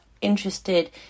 interested